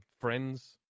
Friends